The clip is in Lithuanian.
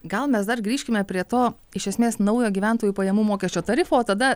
gal mes dar grįžkime prie to iš esmės naujo gyventojų pajamų mokesčio tarifo o tada